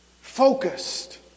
focused